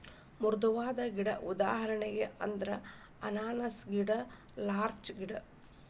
ಮೃದುವಾದ ಗಿಡಕ್ಕ ಉದಾಹರಣೆ ಅಂದ್ರ ಅನಾನಸ್ ಗಿಡಾ ಲಾರ್ಚ ಗಿಡಾ